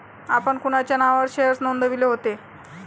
आपण कोणाच्या नावावर शेअर्स नोंदविले होते?